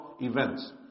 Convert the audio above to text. events